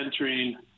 entering